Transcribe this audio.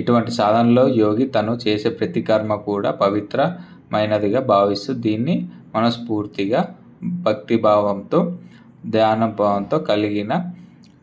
ఇటువంటి సాధనలో యోగి తను చేసే ప్రతీ కర్మ కూడ పవిత్రమైనదిగా భావిస్తూ దీన్ని మనస్పూర్తిగా భక్తి భావంతో ధ్యాన భావంతో కలిగిన